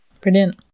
Brilliant